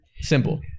simple